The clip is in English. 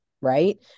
right